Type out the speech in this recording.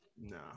No